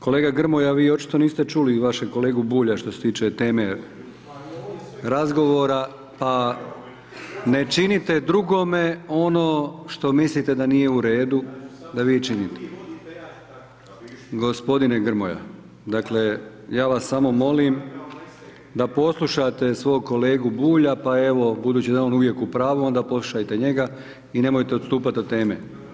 Kolega Grmoja vi očito niste čuli vašeg kolegu Bulja što se tiče teme razgovora, pa ne činite drugome ono što mislite da nije u redu da vi činite. … [[Upadica Grmoja, ne čuje se.]] Gospodine Grmoja, dakle ja vas samo molim da poslušate svog kolegu Bulja, pa evo budući da je on uvijek u pravu, on da poslušajte njega i nemojte odstupati od teme.